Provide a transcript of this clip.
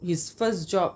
his first job